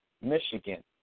Michigan